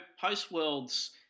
post-Worlds